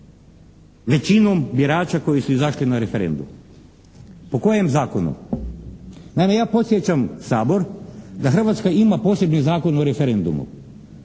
većinom birača koji su izašli na referendum. Po kojem zakonu? Naime, ja podsjećam Sabor da Hrvatska ima posebni Zakon o referendumu.